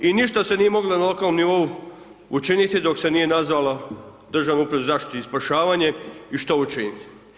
I ništa se nije moglo na lokalnom nivou učiniti dok se nije nazvala Državna uprava za zaštitu i spašavanje i šta učiniti.